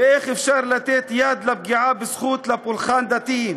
איך אפשר לתת יד לפגיעה בזכות לפולחן דתי,